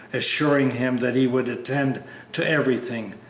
assuring him that he would attend to everything,